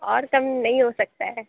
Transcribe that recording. اور کم نہیں ہو سکتا ہے